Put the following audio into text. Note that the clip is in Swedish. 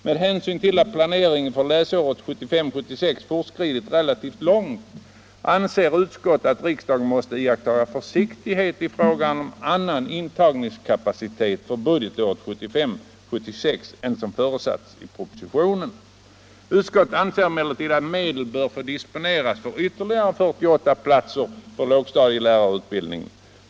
Med hänsyn till att planeringen för läsåret 1975 76 än som förutsatts i propositionen. Utskottet anser emellertid att medel bör få disponeras för ytterligare 48 platser för lågstadielärarutbildning.